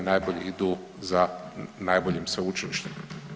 Najbolji idu za najboljim sveučilištem.